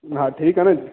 हा ठीकु आहे न